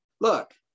look